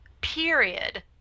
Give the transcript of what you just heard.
period